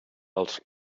els